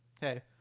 hey